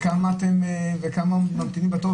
וכמה ממתינים בתור,